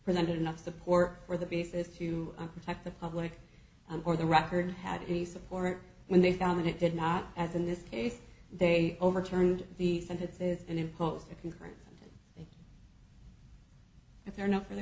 presented enough support for the basis to protect the public or the record had any support when they found it did not as in this case they overturned the sentences and imposed a concurrent if they're not for the